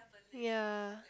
ya